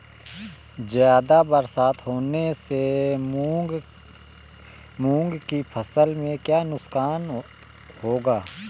ज़्यादा बरसात होने से मूंग की फसल में क्या नुकसान होगा?